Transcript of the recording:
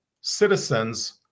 citizens